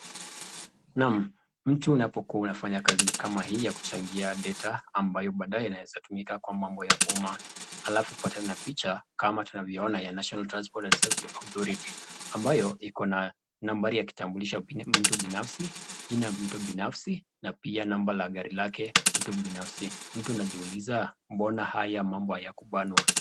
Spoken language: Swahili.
Naam, mtu unapokuwa unafanya kazi kama hii ya kuchangia data ambayo baadae inaweza tumika kwa mambo ya umma, halafu upatane na picha kama tunavyoona ya national transport and safety authority ambayo iko na nambari ya kitambulisho ya mtu binafsi, jina ya mtu binafsi na pia namba la gari lake mtu binafsi, mtu unajiuliza mbona haya mambo hayakubanwa?